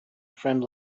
friend